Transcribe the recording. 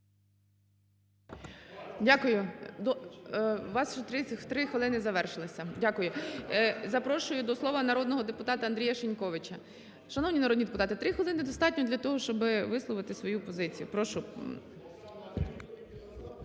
Дякую. Ваші 3 хвилини завершилися. Дякую. Запрошую до слова народного депутата Андрія Шиньковича. Шановні народні депутати, 3 хвилини достатньо для того, щоб висловити свою позицію. Прошу.